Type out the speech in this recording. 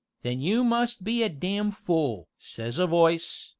then you must be a dam fool says a voice,